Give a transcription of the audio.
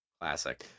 Classic